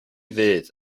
fydd